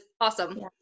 awesome